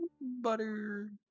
butter